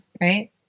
right